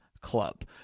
club